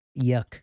Yuck